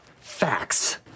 Facts